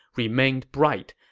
remained bright,